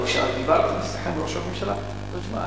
כשדיברתי עם ראש הממשלה: תשמע,